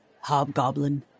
Hobgoblin